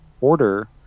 order